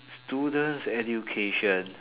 students education